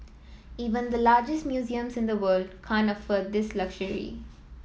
even the largest museums in the world can't afford this luxury